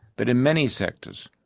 but, in many sectors,